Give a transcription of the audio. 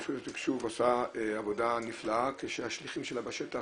רשות התקשוב עושה עבודה נפלאה כשהשליחים שלה בשטח